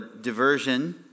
diversion